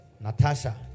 Natasha